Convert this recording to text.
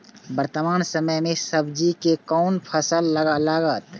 वर्तमान समय में सब्जी के कोन फसल लागत?